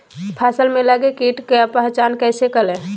फ़सल में लगे किट का पहचान कैसे करे?